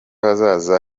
hazaza